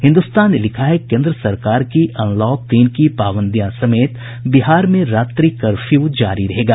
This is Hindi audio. हिन्दुस्तान ने लिखा है केन्द्र सरकार की अनलॉक तीन की पाबंदियां समेत बिहार में रात्रि कर्फ्यू जारी रहेगा